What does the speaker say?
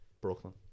Brooklyn